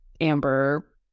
Amber